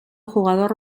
jugador